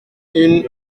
une